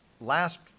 last